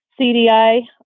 CDI